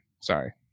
Sorry